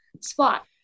spot